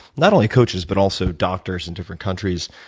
not only coaches but also doctors in different countries.